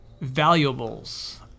valuables